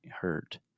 hurt